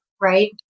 Right